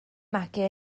magu